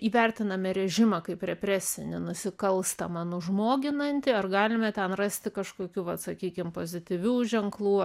įvertiname režimą kaip represinį nusikalstamą nužmoginantį ar galime ten rasti kažkokių vat sakykim pozityvių ženklų